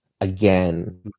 again